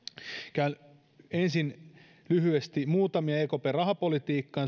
käyn ensin lyhyesti muutamia ekpn rahapolitiikkaa